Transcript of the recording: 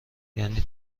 یعنی